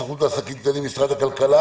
סוכנות לעסקים קטנים, משרד הכלכלה.